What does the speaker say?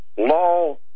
Law